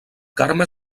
carme